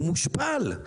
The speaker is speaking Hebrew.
הוא מושפל.